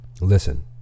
Listen